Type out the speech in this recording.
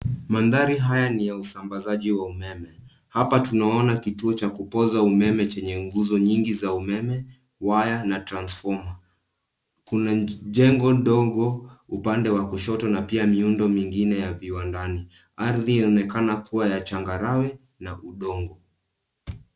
Mandhari haya ni ya usambazaji wa umeme. Hapa tunaona kituo cha kupoza umeme chenye nguzo nyingi za umeme, waya na transformer . Kuna jengo ndogo upande wa kushoto na pia miundo mingine ya viwandani. Ardhi inanaonekana kuwa ya changarawe na udongo.